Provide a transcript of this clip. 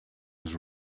was